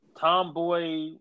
Tomboy